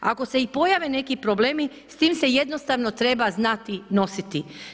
Ako se i pojave neki problemi, s tim se jednostavno treba znati nositi.